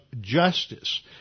justice